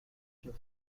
جفت